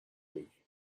میگی